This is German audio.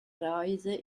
reise